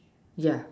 yeah